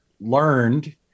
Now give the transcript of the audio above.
learned